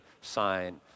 sign